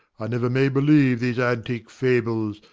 i never may believe these antique fables,